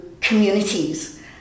communities